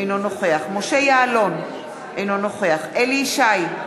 אינו נוכח משה יעלון, אינו נוכח אליהו ישי,